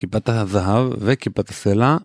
כיפת הזהב וכיפת הסלע